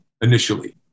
initially